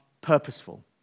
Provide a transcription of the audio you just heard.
purposeful